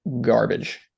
garbage